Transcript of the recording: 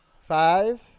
Five